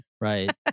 Right